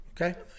Okay